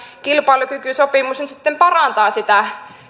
kilpailukykysopimus nyt sitten parantaa sitä